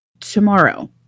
Tomorrow